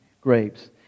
grapes